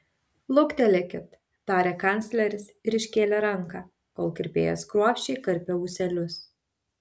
luktelėkit tarė kancleris ir iškėlė ranką kol kirpėjas kruopščiai karpė ūselius